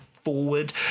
forward